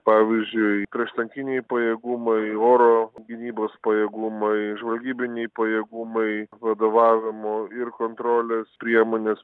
pavyzdžiui prieštankinai pajėgumai oro gynybos pajėgumai žvalgybiniai pajėgumai vadovavimo ir kontrolės priemonės